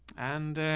and, ah,